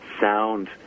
sound